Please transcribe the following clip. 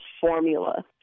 formula